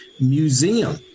museum